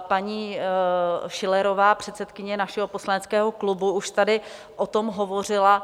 Paní Schillerová, předsedkyně našeho poslaneckého klubu, už tady o tom hovořila.